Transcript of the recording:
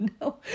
no